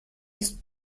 ist